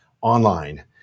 online